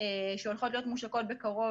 שהולכות להיות מושקות בקרוב.